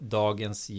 dagens